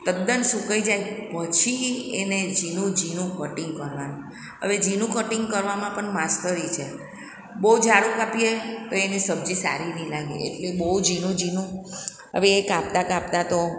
તદ્દન સુકાઈ જાય પછી એને ઝીણું ઝીણું કટિંગ કરવાનું હવે ઝીણું કટિંગ કરવામાં પણ માસ્તરી છે બહુ જાડું કાપીએ તો એની સબ્જી સારી નહીં લાગે એટલે બહુ ઝીણું ઝીણું હવે એ કાપતા કાપતા તો